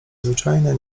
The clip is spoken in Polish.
zwyczajne